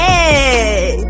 Hey